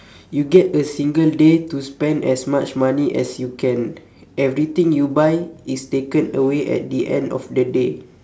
you get a single day to spend as much money as you can everything you buy is taken away at the end of the day